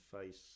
face